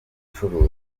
bucuruzi